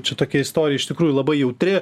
čia tokia istorija iš tikrųjų labai jautri